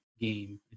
game